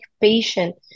patient